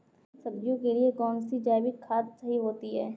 सब्जियों के लिए कौन सी जैविक खाद सही होती है?